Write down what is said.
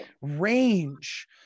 range